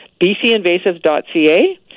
bcinvasive.ca